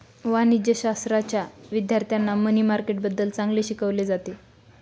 वाणिज्यशाश्राच्या विद्यार्थ्यांना मनी मार्केटबद्दल चांगले शिकवले जाते